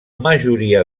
majoria